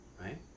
Right